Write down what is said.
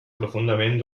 profundament